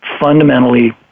fundamentally